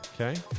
Okay